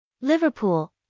Liverpool